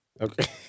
Okay